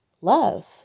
love